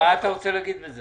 מה אתה רוצה להגיד בזה?